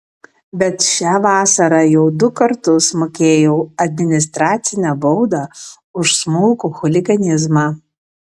bet šią vasarą jau du kartus mokėjau administracinę baudą už smulkų chuliganizmą